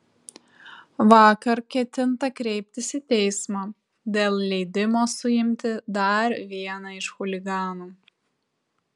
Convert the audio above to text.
vakar ketinta kreiptis į teismą dėl leidimo suimti dar vieną iš chuliganų